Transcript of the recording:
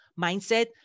mindset